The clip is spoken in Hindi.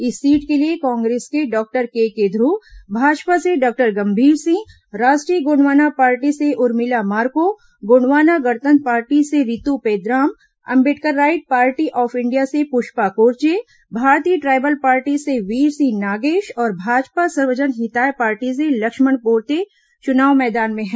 इस सीट के लिए कांग्रेस के डॉक्टर केके ध्रुव भाजपा से डॉक्टर गंभीर सिंह राष्ट्रीय गोंडवाना पार्टी से उर्मिला मार्को गोंडवाना गणतंत्र पार्टी से Ritu Pendram Ambedkarite party of India से पुष्पा कोर्चे भारतीय ट्राइबल पार्टी से वीर सिंह नागेश और भाजपा सर्वजन हिताय पार्टी से लक्ष्मण पोर्ते चुनाव मैदान में हैं